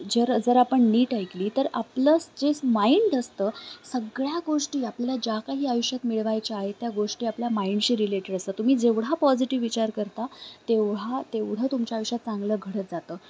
जर जर आपण नीट ऐकली तर आपलंच जे माइंड असतं सगळ्या गोष्टी आपल्या ज्या काही आयुष्यात मिळवायच्या आहे त्या गोष्टी आपल्या माइंडशी रिलेटेड असतं तुम्ही जेवढा पॉझिटिव्ह विचार करता तेव्हा तेवढं तुमच्या आयुष्यात चांगलं घडत जातं